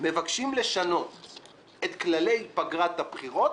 מבקשים לשנות את כללי פגרת הבחירות